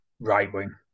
right-wing